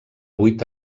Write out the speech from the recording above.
vuit